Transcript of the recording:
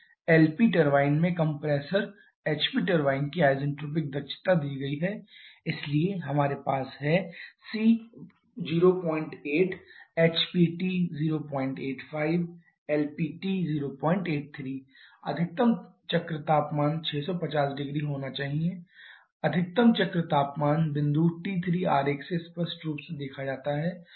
LP turbine में compressor HP turbine की isentropic दक्षता दी गई है इसलिए हमारे पास है 𝜂c08 𝜂HPt085 𝜂LPt083 अधिकतम चक्र तापमान 650 0C होना चाहिए अधिकतम चक्र तापमान बिंदु T3 आरेख से स्पष्ट रूप से देखा जाता है